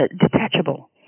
detachable